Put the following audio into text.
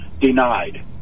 denied